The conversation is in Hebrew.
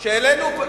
נכון.